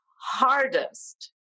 hardest